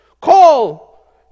call